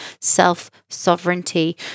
self-sovereignty